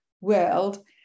world